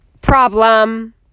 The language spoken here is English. Problem